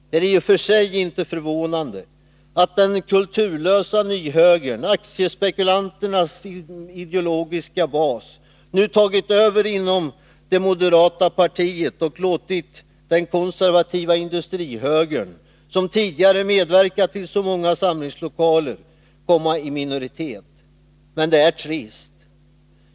Det är i och för sig inte förvånande att den kulturlösa nyhögern, aktiespekulanternas ideologiska bas, nu tagit över inom det moderata partiet och låtit den konservativa industrihögern, som tidigare medverkat till så många samlingslokaler, komma i minoritet. Men det är trist.